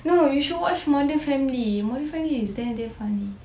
no you should watch modern family modern family is damn damn funny